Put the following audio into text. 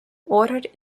ordered